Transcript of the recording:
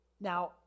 Now